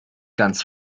ganz